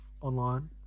online